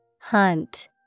Hunt